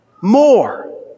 more